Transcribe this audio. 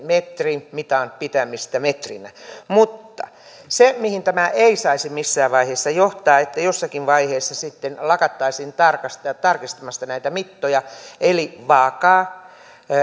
metrin mitan pitämistä metrinä mutta siihen tämä ei saisi missään vaiheessa johtaa että jossakin vaiheessa sitten lakattaisiin tarkistamasta näitä mittoja eli